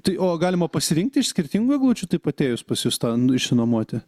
tai o galima pasirinkti iš skirtingų eglučių taip atėjus pas jus ten išsinuomoti